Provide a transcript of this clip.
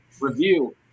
review